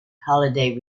holiday